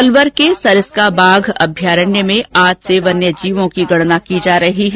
अलवर के सरिस्का बाघ अभयारण्य में आज से वन्यजीवों की गणना की जा रही है